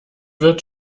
wird